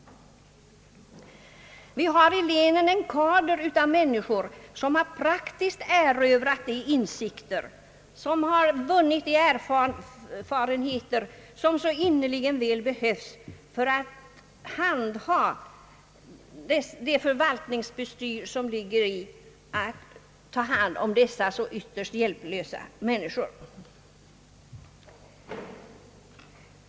Det finns i länen en kader av mäninskor som genom praktiskt arbete har vunnit de insikter och de erfarenheter som så innerligt väl behövs för att handha de förvaltningsbestyr som ligger i att ta hand om dessa i så hög grad hjälplösa människor.